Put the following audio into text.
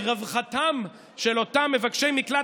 רווחתם של אותם מבקשי מקלט,